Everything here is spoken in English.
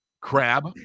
Crab